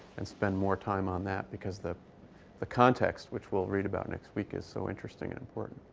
and spend more time on that. because the the context, which we'll read about next week, is so interesting and important.